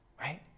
right